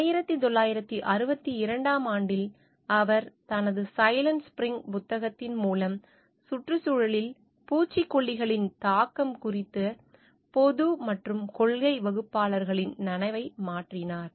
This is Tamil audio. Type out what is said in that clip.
1962 ஆம் ஆண்டில் அவர் தனது 'silent spring' புத்தகத்தின் மூலம் சுற்றுச்சூழலில் பூச்சிக்கொல்லிகளின் தாக்கம் குறித்த பொது மற்றும் கொள்கை வகுப்பாளர்களின் நனவை மாற்றினார்